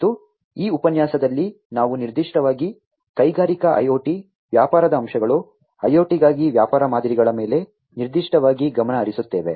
ಮತ್ತು ಈ ಉಪನ್ಯಾಸದಲ್ಲಿ ನಾವು ನಿರ್ದಿಷ್ಟವಾಗಿ ಕೈಗಾರಿಕಾ IoT ವ್ಯಾಪಾರದ ಅಂಶಗಳು IoT ಗಾಗಿ ವ್ಯಾಪಾರ ಮಾದರಿಗಳ ಮೇಲೆ ನಿರ್ದಿಷ್ಟವಾಗಿ ಗಮನಹರಿಸುತ್ತೇವೆ